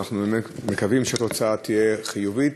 ואנחנו מקווים שהתוצאה תהיה חיובית,